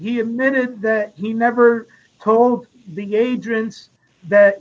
he admitted that he never told the agents that